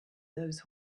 those